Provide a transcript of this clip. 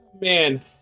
man